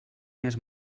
més